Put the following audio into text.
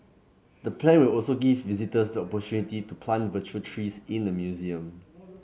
the play will also give visitors the opportunity to plant virtual trees in the museum